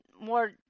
more